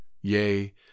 Yea